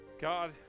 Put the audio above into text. God